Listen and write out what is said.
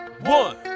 One